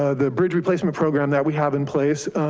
ah the bridge replacement program that we have in place.